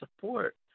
support